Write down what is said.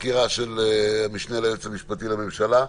שמענו את הסקירה של המשנה ליועץ המשפטי לממשלה,